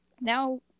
Now